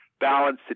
balance